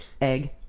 egg